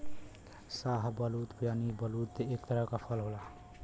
शाहबलूत यानि बलूत एक तरह क फल होला